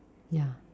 ya